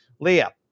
Leah